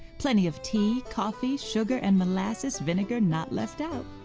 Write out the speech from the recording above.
plenty of tea, coffee, sugar and molasses, vinegar not left out.